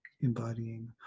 embodying